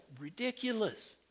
ridiculous